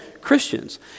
Christians